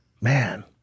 Man